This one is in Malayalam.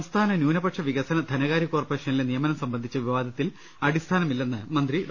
സംസ്ഥാന ന്യൂനപക്ഷ വികസന ധനകാര്യ കോർപ്പറേഷനിലെ നിയ മനം സംബന്ധിച്ച വിവാദത്തിൽ അടിസ്ഥാനമില്ലെന്ന് മന്ത്രി ഡോ